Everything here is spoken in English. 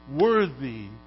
Worthy